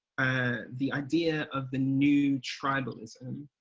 ah the idea of the new tribalism,